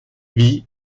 wie